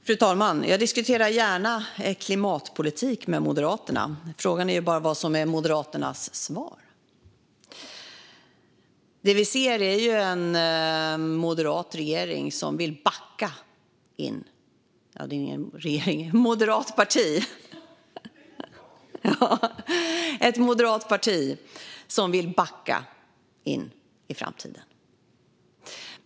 Fru talman! Jag diskuterar gärna klimatpolitik med Moderaterna. Frågan är bara vad som är Moderaternas svar. Det vi ser är ett moderat parti som vill backa in i framtiden.